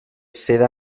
seda